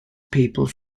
people